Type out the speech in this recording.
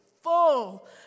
full